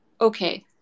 okay